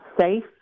safe